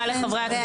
הישיבה